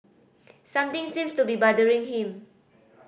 something seems to be bothering him